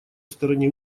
стороне